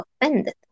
offended